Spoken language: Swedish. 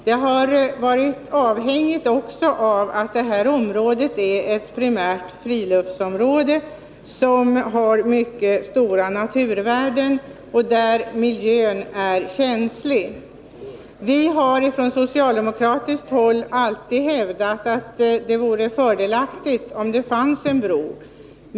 Det har varit avhängigt också av att området är ett primärt friluftsområde som har mycket stora naturvärden och där miljön är känslig. Vi har från socialdemokratiskt håll alltid hävdat att det vore fördelaktigt om det fanns en bro.